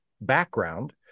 background